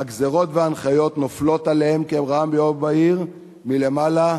הגזירות וההנחיות נופלות עליהם כרעם ביום בהיר מלמעלה,